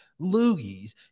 loogies